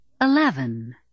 Eleven